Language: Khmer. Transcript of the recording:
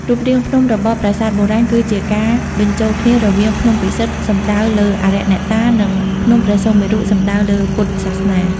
រូបរាងភ្នំ របស់ប្រាសាទបុរាណគឺជាការបញ្ចូលគ្នារវាងភ្នំពិសិដ្ឋ សំដៅលើអារក្សអ្នកតា និងភ្នំព្រះសុមេរុ សំដៅលើពុទ្ធសាសនា។